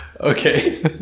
Okay